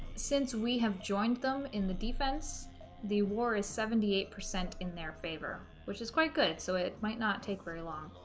since we have joined them in the defense the war is seventy eight percent in their favor which is quite good so it might not take very long